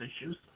issues